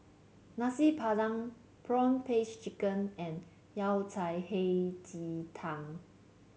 Nasi Padang prawn paste chicken and Yao Cai Hei Ji Tang